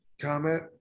comment